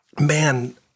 man